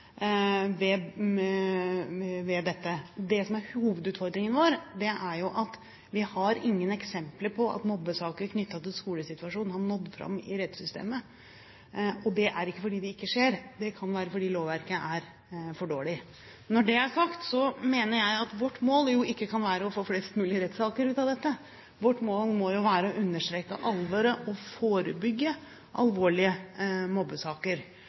ved dette. Det som er hovedutfordringen vår, er jo at vi har ingen eksempler på at mobbesaker knyttet til skolesituasjonen har nådd fram i rettssystemet. Det er ikke fordi det ikke skjer, det kan være fordi lovverket er for dårlig. Når det er sagt, mener jeg at vårt mål jo ikke kan være å få flest mulig rettssaker ut av dette. Vårt mål må være å understreke alvoret og forebygge alvorlige mobbesaker.